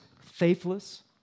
faithless